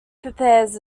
prepares